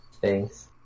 Thanks